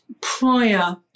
prior